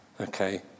Okay